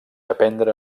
aprendre